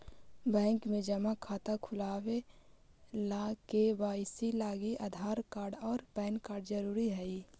bank में जमा खाता खुलावे ला के.वाइ.सी लागी आधार कार्ड और पैन कार्ड ज़रूरी हई